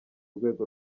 urwego